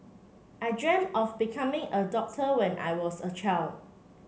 I dreamt of becoming a doctor when I was a child